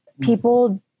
People